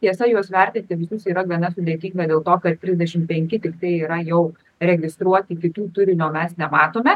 tiesa juos vertinti visus yra gana sudėtinga dėl to kad trisdešim penki tiktai yra jau registruoti kitų turinio mes nematome